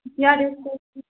کیا ریٹ ہے اس کی